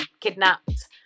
kidnapped